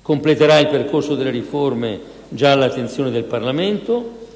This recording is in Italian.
completerà il percorso delle riforme già all'attenzione del Parlamento,